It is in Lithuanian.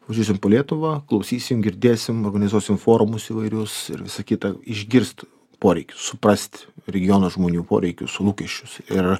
važiuosim po lietuvą klausysim girdėsim organizuosim forumus įvairius ir visa kita išgirst poreikius suprast regiono žmonių poreikius lūkesčius ir